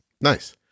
Nice